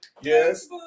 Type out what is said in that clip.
Yes